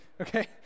Okay